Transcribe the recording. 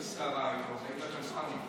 העליתי רעיון מחוץ לקופסה.